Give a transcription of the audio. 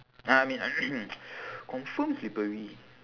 uh I mean confirm slippery